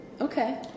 Okay